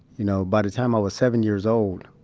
you know, by the time i was seven years old,